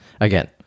Again